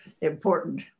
Important